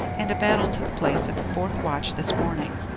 and a battle took place at the fourth watch this morning.